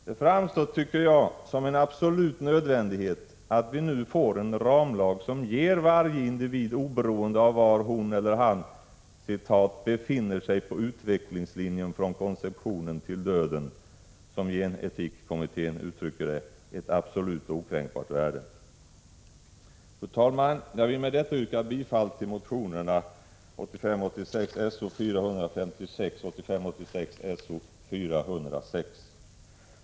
Det framstår, tycker jag, som en absolut nödvändighet att vi nu får en ramlag som ger varje individ, oberoende av var hon eller han ”befinner sig på utvecklingslinjen från konceptionen till döden”, som gen-etik-kommittén uttrycker det, ett absolut och okränkbart värde. Fru talman! Jag vill med detta yrka bifall till motionerna 1985 86:S0406.